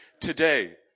today